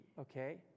okay